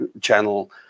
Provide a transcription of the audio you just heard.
channel